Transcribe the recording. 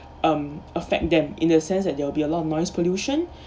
um affect them in the sense that there will be a lot of noise pollution